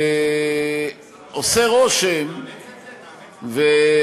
ועושה רושם נאמץ את זה פה?